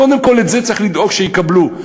קודם כול צריך לדאוג שאת זה יקבלו.